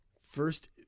first